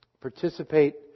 Participate